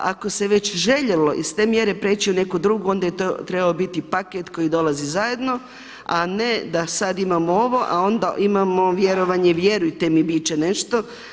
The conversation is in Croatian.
Ako se je već željelo iz te mjere preći u neku drugu, onda je to trebao biti paket koji dolazi zajedno a ne da sada imamo ovo a onda imamo vjerovanje vjerujte mi biti će nešto.